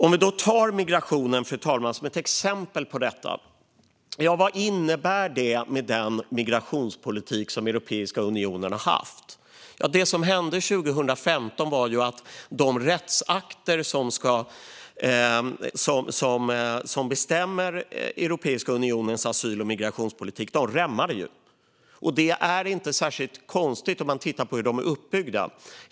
Vi kan, fru talman, ta migrationen som ett exempel på detta. Vad innebär den migrationspolitik som Europeiska unionen har haft? Det som hände 2015 var att de rättsakter som bestämmer Europeiska unionens asyl och migrationspolitik rämnade. Det är inte särskilt konstigt om man tittar på hur de är uppbyggda.